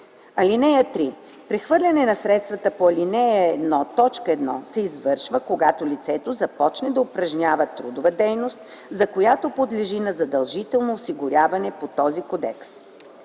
(3) Прехвърляне на средствата по ал. 1, т. 1 се извършва, когато лицето започне да упражнява трудова дейност, за която подлежи на задължително осигуряване по този кодекс.